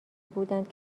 بودند